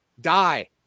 Die